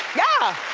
yeah!